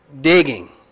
Digging